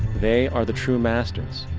they are the true masters,